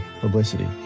publicity